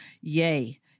yay